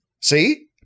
See